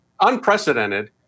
unprecedented